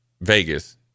Vegas